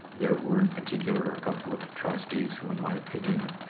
there were in particular a couple of trustees who, in my opinion,